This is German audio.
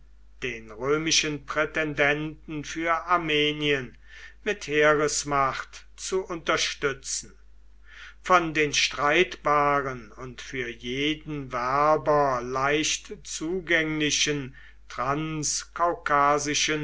den römischen prätendenten für armenien mit heeresmacht zu unterstützen von den streitbaren und für jeden werber leicht zugänglichen